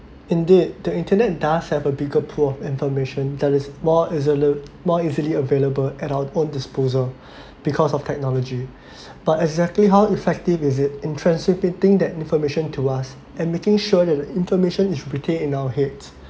indeed the internet does have a bigger pool of information that is more is more easil~ easily available at our own disposal because of technology but exactly how effective is it intrinsic fitting that information to us and making sure that the information is retained in our heads